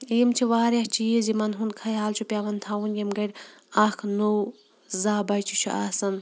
یِم چھِ واریاہ چیٖز یِمَن ہُنٛد خیال چھُ پیٚوان تھَوُن یِمہٕ گڈِ اَکھ نوٚو زا بَچہِ چھُ آسان